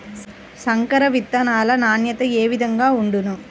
సంకర విత్తనాల నాణ్యత ఏ విధముగా ఉండును?